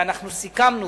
ואנחנו סיכמנו,